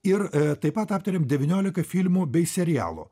ir taip pat aptarėm devyniolika filmų bei serialų